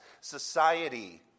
society